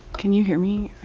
can you hear me?